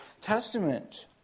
Testament